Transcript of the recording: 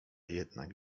jednak